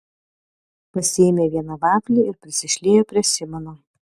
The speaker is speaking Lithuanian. pasiėmė vieną vaflį ir prisišliejo prie simono